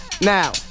Now